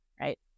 right